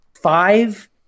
five